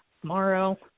tomorrow